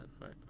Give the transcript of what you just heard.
right